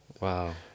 Wow